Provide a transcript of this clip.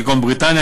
כגון בריטניה,